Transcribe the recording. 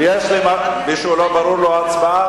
ההצעה